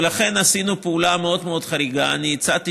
ולכן עשינו פעולה מאוד מאוד חריגה: הצעתי